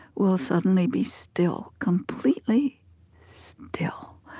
will suddenly be still, completely still.